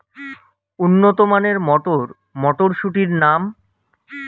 উন্নত মানের মটর মটরশুটির নাম?